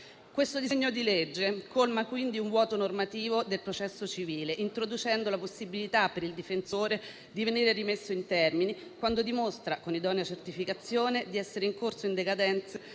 Questo disegno di legge colma quindi un vuoto normativo del processo civile, introducendo la possibilità per il difensore di venire rimesso in termini quando dimostra, con idonea certificazione, di essere incorso in decadenze